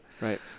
Right